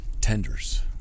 Tenders